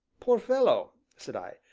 poor fellow! said i,